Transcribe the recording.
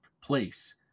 place